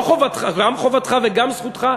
גם חובתך וגם זכותך,